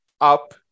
up